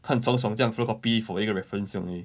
看爽爽这样 photocopy for 一个 reference 这样而已